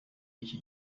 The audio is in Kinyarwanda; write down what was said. y’iki